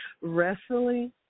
wrestling